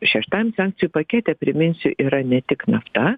šeštam sankcijų pakete priminsiu yra ne tik nafta